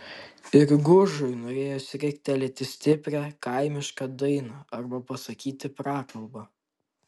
ir gužui norėjosi riktelėti stiprią kaimišką dainą arba pasakyti prakalbą